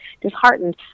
disheartened